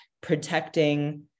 protecting